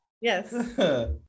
Yes